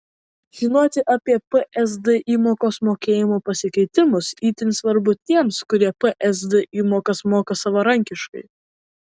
žinoti apie psd įmokos mokėjimo pasikeitimus itin svarbu tiems kurie psd įmokas moka savarankiškai